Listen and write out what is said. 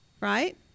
right